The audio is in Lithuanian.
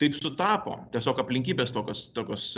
taip sutapo tiesiog aplinkybės tokios tokios